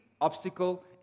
obstacle